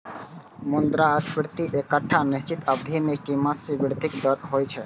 मुद्रास्फीति एकटा निश्चित अवधि मे कीमत मे वृद्धिक दर होइ छै